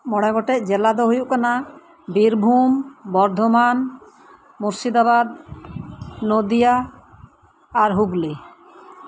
ᱢᱚᱲᱮ ᱜᱚᱴᱮᱡ ᱡᱮᱞᱟᱫᱚ ᱦᱩᱭᱩᱜ ᱠᱟᱱᱟ ᱵᱤᱨᱵᱷᱩᱢ ᱵᱚᱨᱫᱷᱚᱢᱟᱱ ᱢᱩᱨᱥᱤᱫᱟᱵᱟᱫ ᱱᱚᱫᱤᱭᱟ ᱟᱨ ᱦᱩᱜᱽᱞᱤ